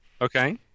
Okay